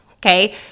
Okay